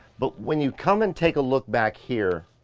but, when you come and take a look back here,